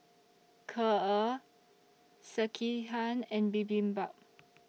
Kheer Sekihan and Bibimbap